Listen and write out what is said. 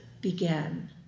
began